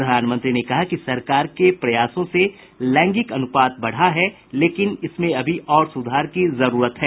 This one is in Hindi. प्रधानमंत्री ने कहा कि सरकार के प्रयासों से लैंगिक अनुपात बढ़ा है लेकिन इसमें अभी और सुधार की जरूरत है